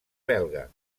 belga